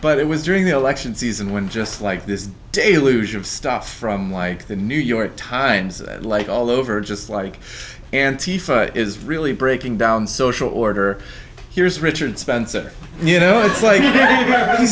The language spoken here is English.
but it was during the election season when just like this day loser of stuff from like the new york times like all over just like it is really breaking down social order here's richard spencer you know it's like